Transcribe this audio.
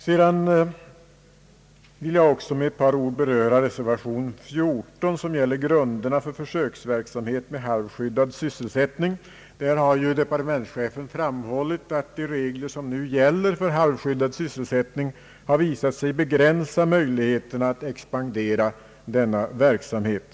Jag vill också med några ord beröra reservation 15, som gäller grunderna för försöksverksamhet med halvskyddad e£»sselsättning. Här har departementschefen framhållit att nu gällande regler för halvskyddad sysselsättning har visat sig begränsa möjligheterna att expandera den verksamheten.